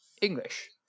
English